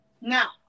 now